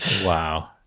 wow